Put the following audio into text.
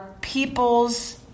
people's